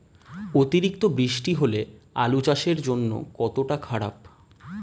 অতিরিক্ত বৃষ্টি হলে আলু চাষের জন্য কতটা খারাপ?